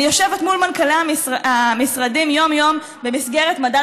אני יושבת מול מנכ"לי המשרדים יום-יום במסגרת מדד